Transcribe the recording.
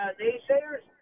naysayers